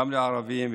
גם לערבים,